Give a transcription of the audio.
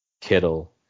Kittle